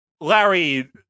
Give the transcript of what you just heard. Larry